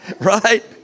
right